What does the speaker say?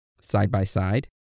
side-by-side